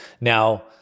Now